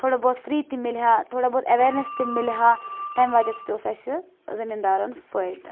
تھوڑا بہت فِری تہِ مِلہِ ہا تھوڑا بہت ایویٚرنیس تہِ مِلہِ ہا تَمہِ وَجہ سۭتۍ اوس اَسہِ زٔمیٖندارَن فٲیِدٕ